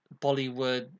Bollywood